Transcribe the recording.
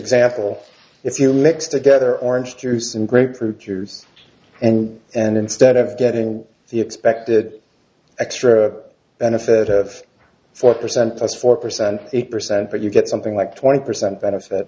example if you mix together orange juice and grapefruit juice and and instead of getting the expected extra benefit of four percent plus four percent eight percent but you get something like twenty percent benefit